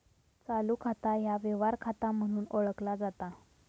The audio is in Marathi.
चालू खाता ह्या व्यवहार खाता म्हणून ओळखला जाता